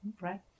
right